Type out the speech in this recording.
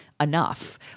enough